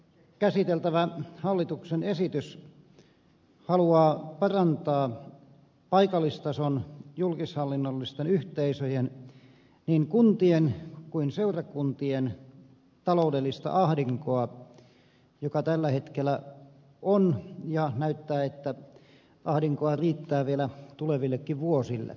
käsiteltävä hallituksen esitys haluaa parantaa paikallistason julkishallinnollisten yhteisöjen niin kuntien kuin seurakuntien taloudellista ahdinkoa joka tällä hetkellä on ja näyttää siltä että ahdinkoa riittää vielä tulevillekin vuosille